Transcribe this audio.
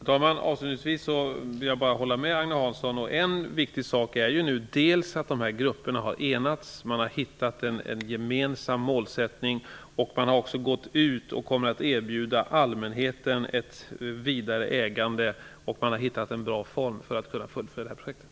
Fru talman! Jag håller med Agne Hansson om detta. En viktig sak är att de här grupperna nu har enats. Man har hittat en gemensam målsättning, man har gått ut och kommer att erbjuda allmänheten ett vidare ägande, och man har hittat en bra form för att kunna fullfölja det här projektet.